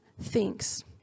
thinks